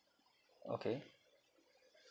okay